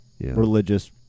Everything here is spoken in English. religious